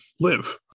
live